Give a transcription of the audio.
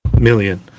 Million